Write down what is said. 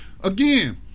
again